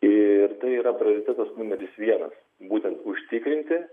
ir tai yra prioritetas numeris vienas būtent užtikrinti